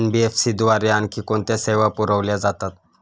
NBFC द्वारे आणखी कोणत्या सेवा पुरविल्या जातात?